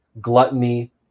gluttony